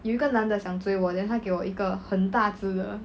有一个男的想追我 then 他给我一个很大只的